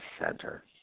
center